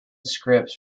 scripts